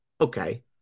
okay